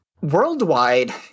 worldwide